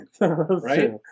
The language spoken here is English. Right